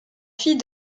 fille